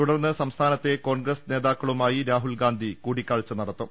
തുടർന്ന് സംസ്ഥാനത്തെ കോൺഗ്രസ് നേതാക്കളുമായി രാഹുൽ കൂടിക്കാഴ്ച നടത്തും